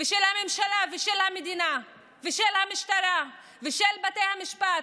של הממשלה, של המדינה, של המשטרה ושל בתי המשפט,